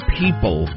people